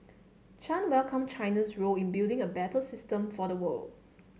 Chan welcome China's role in building a better system for the world